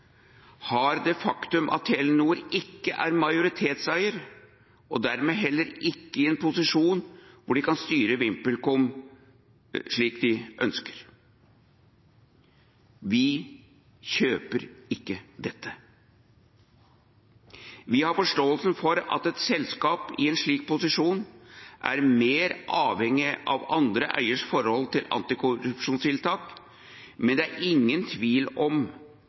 har det faktum at Telenor ikke er majoritetseier gjort at de dermed heller ikke er i en posisjon hvor de kan styre VimpelCom slik de ønsker. Vi kjøper ikke dette. Vi har forståelse for at et selskap i en slik posisjon er mer avhengig av andre eieres forhold til antikorrupsjonstiltak, men det er ingen tvil om